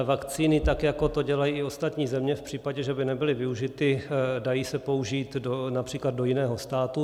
Vakcíny, tak jako to dělají i ostatní země v případě, že by nebyly využity, dají se použít například do jiného státu.